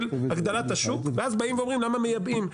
הגדלת השוק ואז באים ואומרים למה מייבאים.